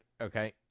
Okay